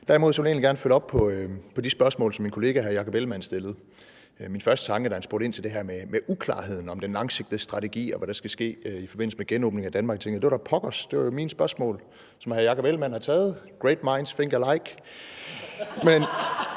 egentlig gerne følge op på de spørgsmål, som min kollega hr. Jakob Ellemann-Jensen stillede. Min første tanke, da han spurgte ind til det her med uklarheden om den langsigtede strategi, og hvad der skal ske i forbindelse med genåbningen af Danmark, var, at det da var pokkers, for det var jo mine spørgsmål, som hr. Jakob Ellemann-Jensen havde taget. Great minds think alike. Men